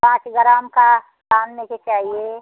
पाँच ग्राम का कान में के चाहिए